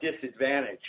disadvantage